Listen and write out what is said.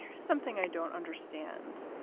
something i don't understand.